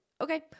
okay